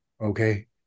Okay